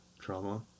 trauma